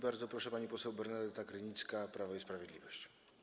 Bardzo proszę, pani poseł Bernadeta Krynicka, Prawo i Sprawiedliwość.